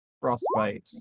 frostbite